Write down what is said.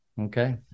Okay